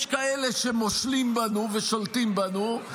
יש כאלה שמושלים בנו ושולטים בנו,